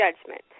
judgment